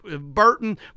Burton